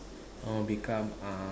I want become uh